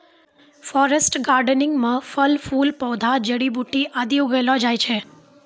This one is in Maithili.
फॉरेस्ट गार्डेनिंग म फल फूल पौधा जड़ी बूटी आदि उगैलो जाय छै